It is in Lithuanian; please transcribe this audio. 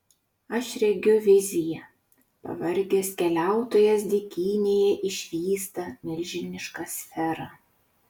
aš regiu viziją pavargęs keliautojas dykynėje išvysta milžinišką sferą